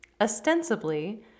ostensibly